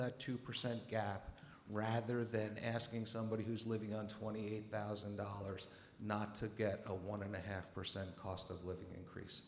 that two percent gap rather than asking somebody who's living on twenty eight thousand dollars not to get a one and a half percent cost of living increase